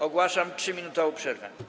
Ogłaszam 3-minutową przerwę.